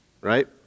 Right